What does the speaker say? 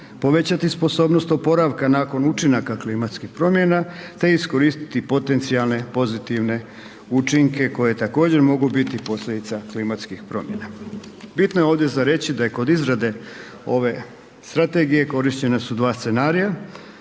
povećati sposobnost oporavka nakon učinaka klimatskih promjena te iskoristiti potencijalne pozitivne učinke koji također mogu biti posljedica klimatskih promjena. Bitno je ovdje za reći da je kod izrade ove strategije korištena su dva scenarija